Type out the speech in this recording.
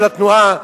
של התנועה,